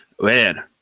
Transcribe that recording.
Man